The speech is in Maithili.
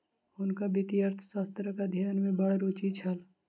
हुनका वित्तीय अर्थशास्त्रक अध्ययन में बड़ रूचि छल